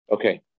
Okay